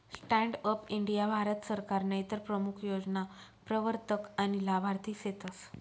stand up India Bharat सरकारनं इतर प्रमूख योजना प्रवरतक आनी लाभार्थी सेतस